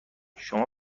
شما